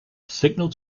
signal